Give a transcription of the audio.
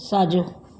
साॼो